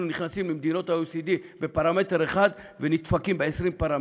אנחנו נכנסים למדינות ה-OECD בפרמטר אחד ונדפקים ב-20 פרמטרים.